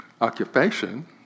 occupation